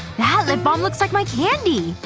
that lip balm looks like my candy.